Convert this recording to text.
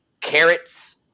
carrots